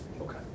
Okay